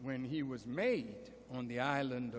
when he was made on the island